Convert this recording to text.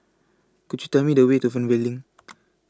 Could YOU Tell Me The Way to Fernvale LINK